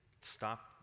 stop